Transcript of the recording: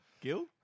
Gil